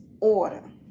order